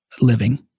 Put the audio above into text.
living